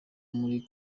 muri